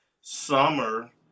summer